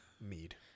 Mead